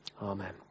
Amen